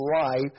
life